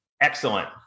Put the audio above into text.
Excellent